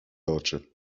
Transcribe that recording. oczy